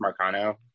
Marcano